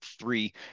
three